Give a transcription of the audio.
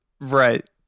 Right